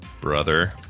brother